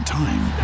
time